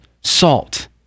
salt